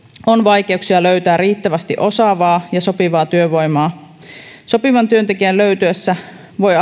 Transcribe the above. on vaikeuksia löytää riittävästi osaavaa ja sopivaa työvoimaa sopivan työntekijän löytyessä voi